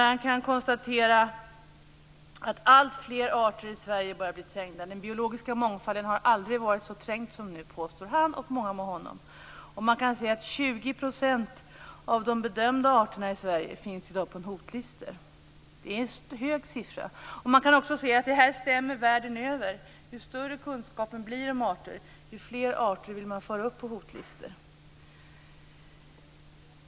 Han kan konstatera att alltfler arter i Sverige börjar bli trängda. Den biologiska mångfalden har aldrig varit så trängd som nu, påstår han och många med honom. Man kan säga att 20 % av de bedömda arterna i Sverige finns i dag på listor för hotade arter. Det är en hög siffra. Man kan se att det stämmer världen över: ju större kunskapen om arter blir, desto fler arter vill man föra upp på hotlistor.